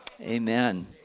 Amen